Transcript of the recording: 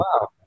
wow